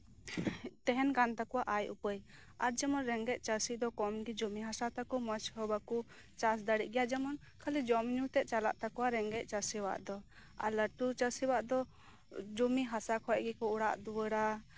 ᱛᱟᱦᱮᱱ ᱠᱟᱱ ᱛᱟᱠᱚᱣᱟ ᱟᱭ ᱩᱯᱟᱹᱭ ᱟᱨ ᱡᱮᱢᱚᱱ ᱨᱮᱸᱜᱮᱡ ᱪᱟᱹᱥᱤ ᱫᱚ ᱠᱚᱢᱜᱮ ᱡᱚᱢᱤ ᱦᱟᱥᱟ ᱛᱟᱠᱚ ᱚᱱᱟᱛᱮ ᱵᱟᱠᱚ ᱪᱟᱥ ᱫᱟᱲᱮᱜ ᱜᱮᱭᱟ ᱡᱮᱢᱚᱱ ᱠᱷᱟᱹᱞᱤ ᱡᱚᱢ ᱧᱩ ᱛᱮᱜ ᱪᱟᱞᱟᱜ ᱛᱟᱠᱚᱣᱟ ᱨᱮᱸᱜᱮᱡ ᱪᱟᱹᱥᱤᱭᱟᱜ ᱫᱚ ᱞᱟᱹᱴᱩ ᱪᱟᱹᱥᱤᱭᱟᱜ ᱫᱚ ᱡᱚᱢᱤ ᱦᱟᱥᱟ ᱠᱷᱚᱡ ᱜᱮᱠᱚ ᱚᱲᱟᱜ ᱫᱩᱣᱟᱹᱨᱟ